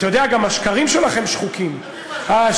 אתה יודע, גם השקרים שלכם שחוקים, תביא משהו חדש.